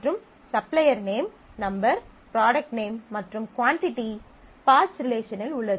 மற்றும் supplier name number product name மற்றும் quantity supplier name number product name quantity parts ரிலேஷனில் உள்ளது